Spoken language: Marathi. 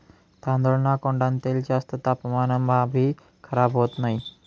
तांदूळना कोंडान तेल जास्त तापमानमाभी खराब होत नही